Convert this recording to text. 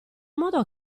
modo